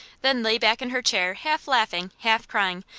then lay back in her chair half-laughing, half-crying,